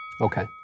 Okay